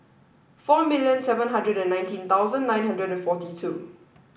four million seven hundred and nineteen thousand nine hundred forty two